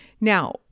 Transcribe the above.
Now